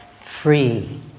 Free